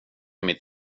mitt